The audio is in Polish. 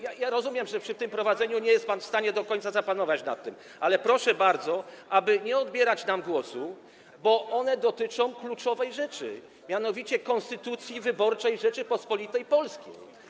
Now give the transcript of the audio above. Ja rozumiem, że przy tym prowadzeniu nie jest pan w stanie do końca nad tym zapanować, ale proszę bardzo, aby nie odbierać nam głosu, bo to dotyczy kluczowej rzeczy, mianowicie konstytucji wyborczej Rzeczypospolitej Polskiej.